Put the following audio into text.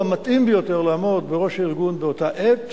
המתאים ביותר לעמוד בראש הארגון באותה עת,